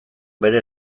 bere